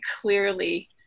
clearly